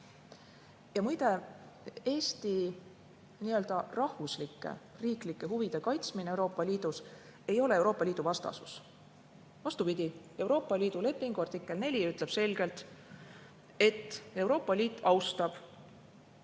võtta. Eesti rahvuslike, riiklike huvide kaitsmine Euroopa Liidus ei ole Euroopa Liidu vastasus. Vastupidi, Euroopa Liidu lepingu artikkel 4 ütleb selgelt, et Euroopa Liit austab